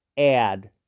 add